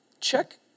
Check